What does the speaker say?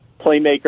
playmaker